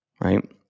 Right